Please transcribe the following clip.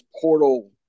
portal